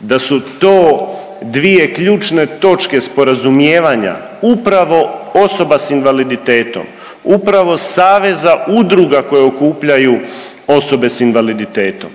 Da su to dvije ključne točke sporazumijevanja upravo osoba s invaliditetom, upravo saveza udruga koje okupljaju osobe s invaliditetom,